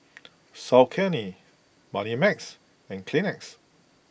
Saucony Moneymax and Kleenex